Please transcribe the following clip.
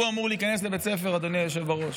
הוא אמור להיכנס לבית ספר, אדוני היושב בראש?